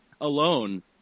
alone